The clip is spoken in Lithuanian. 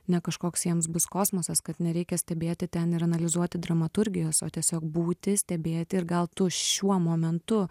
ne kažkoks jiems bus kosmosas kad nereikia stebėti ten ir analizuoti dramaturgijos o tiesiog būti stebėti ir gal tu šiuo momentu